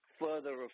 further